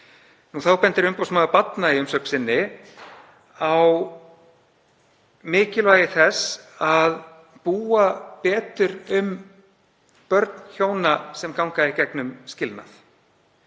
Þá bendir umboðsmaður barna í umsögn sinni á mikilvægi þess að búa betur um börn hjóna sem ganga í gegnum skilnað